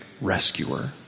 rescuer